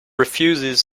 refuses